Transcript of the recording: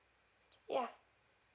ya